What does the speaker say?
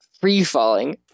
free-falling